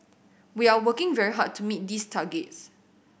we are working very hard to meet these targets